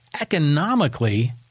economically